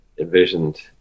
envisioned